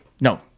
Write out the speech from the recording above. No